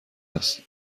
است